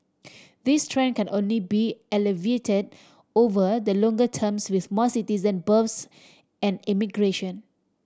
this trend can only be alleviated over the longer terms with more citizen births and immigration